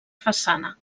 façana